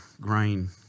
grain